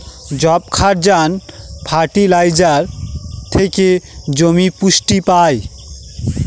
যবক্ষারজান ফার্টিলাইজার থেকে জমি পুষ্টি পায়